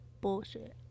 bullshit